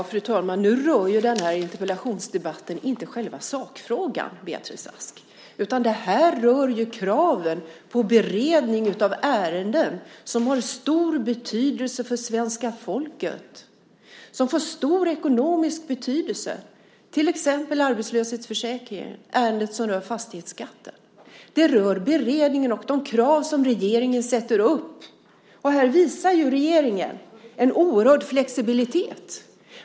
Fru talman! Nu rör ju den här interpellationsdebatten inte själva sakfrågan, Beatrice Ask. Det här rör ju kraven på beredning av ärenden som har stor betydelse för svenska folket, ärenden som får stor ekonomisk betydelse, till exempel arbetslöshetsförsäkringen och ärendet som rör fastighetsskatten. Det rör beredningen och de krav som regeringen sätter upp. Här visar ju regeringen en oerhörd flexibilitet.